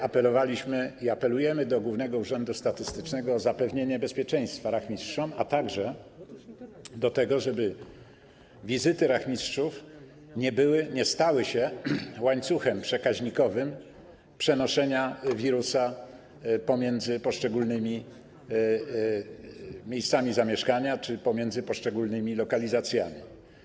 Apelowaliśmy i apelujemy do Głównego Urzędu Statystycznego o zapewnienie bezpieczeństwa rachmistrzom, a także o to, żeby wizyty rachmistrzów nie były, nie stały się łańcuchem przekaźnikowym, łańcuchem przenoszenia się wirusa pomiędzy poszczególnymi miejscami zamieszkania czy pomiędzy poszczególnymi lokalizacjami.